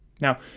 Now